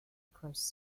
across